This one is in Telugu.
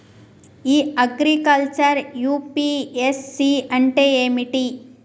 ఇ అగ్రికల్చర్ యూ.పి.ఎస్.సి అంటే ఏమిటి?